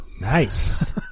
Nice